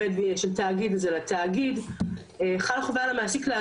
חלה חובה על המעסיק לעזור להם להגיש את הבקשה למשיכה,